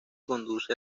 conduce